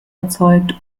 erzeugt